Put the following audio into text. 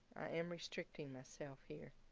am restricting myself here,